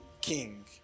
king